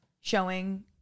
showing